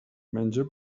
menja